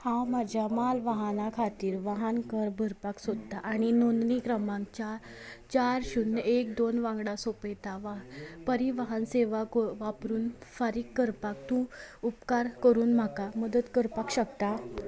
हांव म्हज्या माल वाहना खातीर वाहन कर भरपाक सोदता आनी नोंदणी क्रमांक चार चार शुन्य एक दोन वांगडा सोंपयता वा परिवहन सेवाक वापरून फारीक करपाक तूं उपकार करून म्हाका मदत करपाक शकता